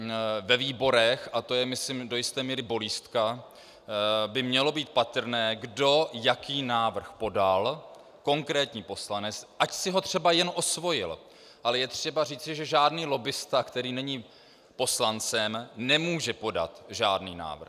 I ve výborech, a to je myslím do jisté míry bolístka, by mělo být patrné, kdo jaký návrh podal, konkrétní poslanec, ať si ho třeba jen osvojil, ale je třeba říci, že žádný lobbista, který není poslancem, nemůže podat žádný návrh.